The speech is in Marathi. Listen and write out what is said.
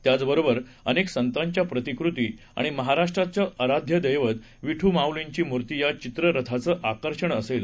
त्याचबरोबरअनेकसंतांच्याप्रतिकृतीआणिमहाराष्ट्राचंआराध्यदैवतविठूमाऊलींचीमूर्तीयाचित्ररथाचंआकर्षणअसेल